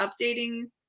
updating